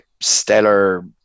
stellar